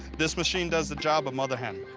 this machine does the job of mother hen.